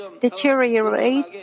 deteriorate